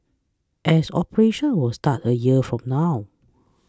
as operations will start a year from now